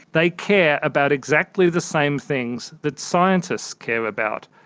they care about exactly the same things that scientists care about,